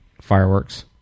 fireworks